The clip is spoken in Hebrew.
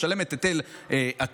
משלמת היטל הטמנה,